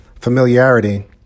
familiarity